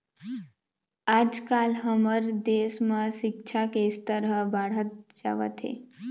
आजकाल हमर देश म सिक्छा के स्तर ह बाढ़त जावत हे